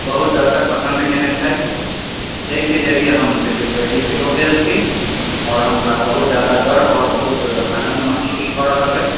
बहुत दर्शक पसन्द केने छथि जाहिके जरिए हम सेलेब्रिटी सेहो भेल छी आओर हमरा बहुत ज्यादा गर्व आओर बहुत आनन्द महसूस भऽ रहल अइ